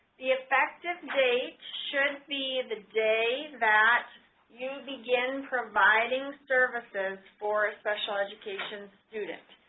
the effective date should be the day that you begin providing services for a special education student.